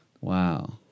Wow